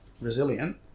resilient